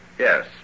Yes